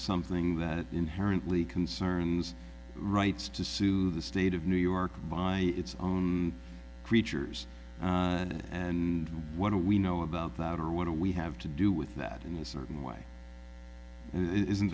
something that inherently concerns rights to sue the state of new york by its own creatures and what do we know about that or want to we have to do with that in a certain way and it isn't